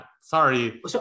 sorry